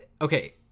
Okay